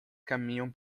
caminham